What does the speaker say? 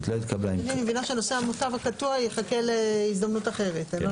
הצבעה לא